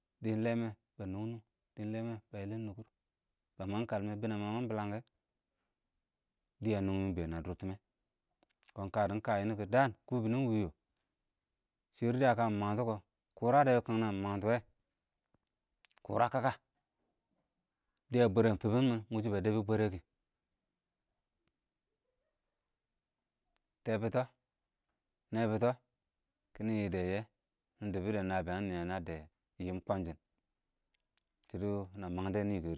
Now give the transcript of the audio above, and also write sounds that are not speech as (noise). dɪɪn ɪng lɛmɛ bə nʊng-nʉng dɪng ɪng lɛɛ mɛ bə nʊg nʊkʊr, bə məng kəlmɛ bɪnɛng bə məng bɪləngɛ, dɪyə nʊngmɪn ɪng bɛɛn ə dʊr tɪmɛ kɔn kə də ɪng kə yʊnʊ kʊ dɪ dəən kʉbɪnɪ ɪng wɪwɪ yɔ, shɪrr dɪyə kəmɪ məngtʊ kɔ, kʊrədɛ wɪɪ kɪng nɛ mɪ məng tʊ wɛ kʊrə kəəkə, (noise) dɪyə bwɛrɛn fɪbɪn ɪng mɪn mɪn ɪng wʊchɔ bə dɛbɪ bwɛrɛ kɪ, (noise) tɛbɪtə? nɛbɪtə? kɪnɪ yɪdɛ yɪyɛ nɪ dɪbɪdɛ nəbɪyəng nɪyɛ ə nəddɛ fɪyɪn kwənchɪn, (noise) shɪdɔ nɪ məngdɛ nɪ yɪkɛr.